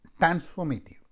transformative